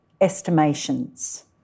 estimations